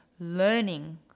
learning